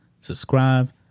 subscribe